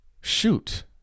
Shoot